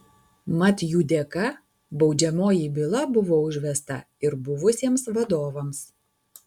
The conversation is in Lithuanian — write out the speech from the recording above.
mat jų dėka baudžiamoji byla buvo užvesta ir buvusiems vadovams